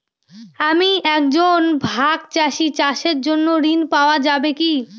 আমি একজন ভাগ চাষি চাষের জন্য ঋণ পাওয়া যাবে কি?